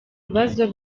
bibazo